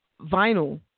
vinyl